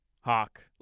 Hawk